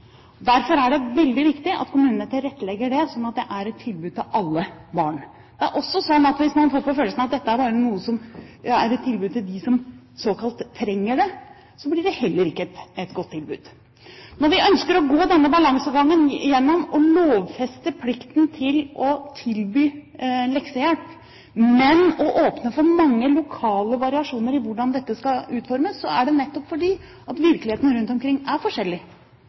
Derfor er det veldig viktig at kommunene tilrettelegger det, slik at det er et tilbud til alle barn. Det er også slik at hvis man får på følelsen at dette er bare noe som er et tilbud til dem som såkalt trenger det, blir det heller ikke et godt tilbud. Når vi ønsker å gå denne balansegangen gjennom å lovfeste plikten til å tilby leksehjelp, men å åpne for mange lokale variasjoner i hvordan dette skal utformes, er det nettopp fordi virkeligheten rundt omkring er forskjellig.